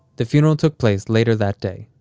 the funeral took place later that day,